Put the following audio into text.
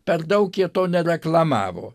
per daug jie to nereklamavo